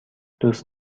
دوست